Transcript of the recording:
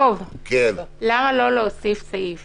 למה לא להוסיף סעיף